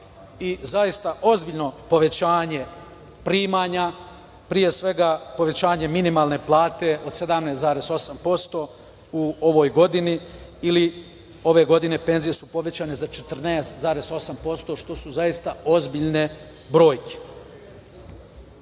i zaista ozbiljno povećanje primanja, pre svega povećanje minimalne plate od 17,8% u ovoj godini. Ove godine penzije su povećane za 14,8%, što su zaista ozbiljne brojke. Nama,